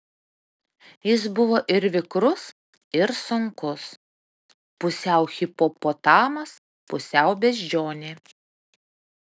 jis buvo ir vikrus ir sunkus pusiau hipopotamas pusiau beždžionė